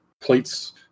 plates